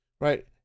right